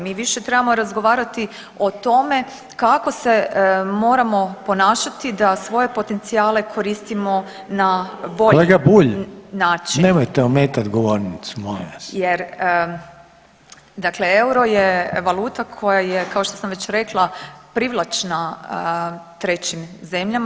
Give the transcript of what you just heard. Mi više trebamo razgovarati o tome kako se moramo ponašati da svoje potencijale koristimo na bolji način [[Upadica Reiner: Kolega Bulj nemojte ometati govornicu molim vas.]] Jer dakle euro je valuta koja je kao što sam već rekla privlačna trećim zemljama.